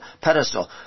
pedestal